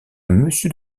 monsieur